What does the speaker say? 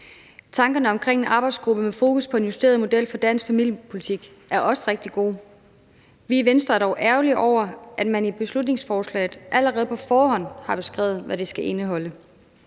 Tankerne om en arbejdsgruppe med fokus på en justeret model for dansk familiepolitik er også rigtig gode. Vi i Venstre er dog ærgerlige over, at man i beslutningsforslaget allerede på forhånd har beskrevet, hvad det skal indeholde.